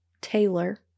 Taylor